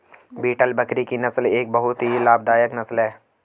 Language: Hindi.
बीटल बकरी की नस्ल एक बहुत ही लाभदायक नस्ल है